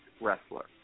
wrestler